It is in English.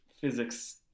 physics